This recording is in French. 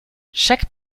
chaque